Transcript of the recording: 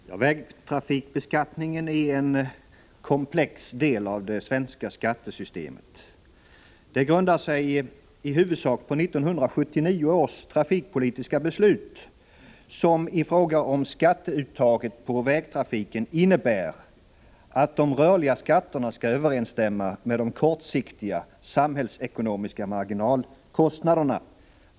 Herr talman! Vägtrafikbeskattningen är en komplex del av det svenska skattesystemet. Den grundar sig i huvudsak på 1979 års trafikpolitiska beslut, vilket i fråga om skatteuttaget på vägtrafiken innebär att de rörliga skatterna skall överensstämma med de kortsiktiga samhällsekonomiska marginalkostnaderna.